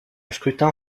scrutin